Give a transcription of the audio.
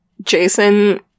Jason